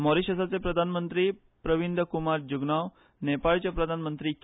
मॉरिशसाचे प्रधानमंत्री प्रवींद कुमार जुगनॉव नेपाळाचे प्रधानमंत्री के